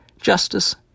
Justice